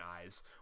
eyes